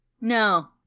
no